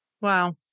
Wow